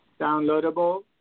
downloadable